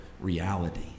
reality